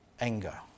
anger